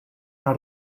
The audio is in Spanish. una